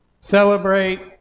celebrate